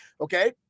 Okay